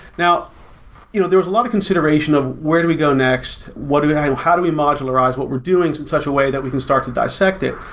now you know there was a lot of consideration of where do we go next, what do we how how do we modularize what we're doing is in such a way that we can start to dissect it?